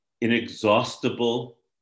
inexhaustible